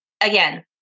Again